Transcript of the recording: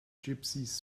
gypsies